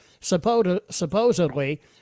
supposedly